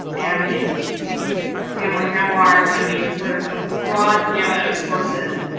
and in family memoirs, i mean, sort of a broad gamut of sources.